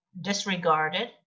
disregarded